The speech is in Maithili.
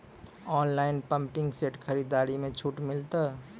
ऑनलाइन पंपिंग सेट खरीदारी मे छूट मिलता?